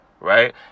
Right